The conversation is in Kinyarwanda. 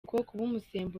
urubyiruko